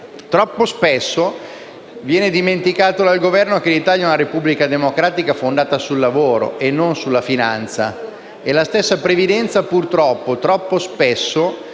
Troppo spesso viene dimenticato dal Governo che l’Italia è una Repubblica democratica fondata sul lavoro e non sulla finanza; inoltre, troppo spesso